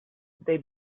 they